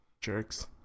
Jerks